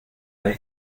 vez